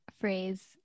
phrase